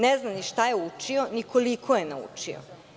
Ne zna ni šta je učio, ni koliko je naučio.